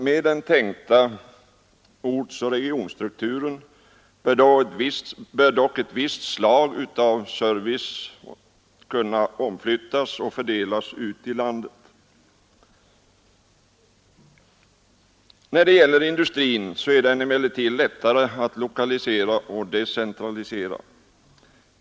Med den tänkta ortsoch regionalstrukturen bör dock ett visst slag av service kunna omflyttas och fördelas ut i landet. Industrin är lättare att lokalisera och decentralisera.